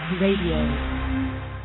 Radio